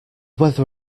whether